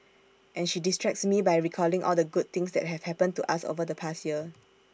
and she distracts me by recalling all the good things that have happened to us over the past year